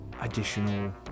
additional